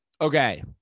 Okay